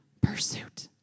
pursuit